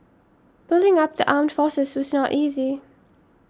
building up the armed forces was not easy